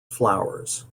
flowers